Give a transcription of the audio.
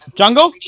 jungle